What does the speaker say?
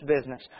business